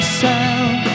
sound